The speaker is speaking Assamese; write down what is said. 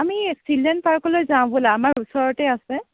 আমি ছিলড্ৰেন পাৰ্কলৈ যাওঁ ব'লা আমাৰ ওচৰতে আছে